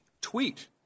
tweet